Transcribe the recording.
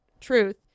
truth